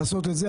לעשות את זה,